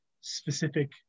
specific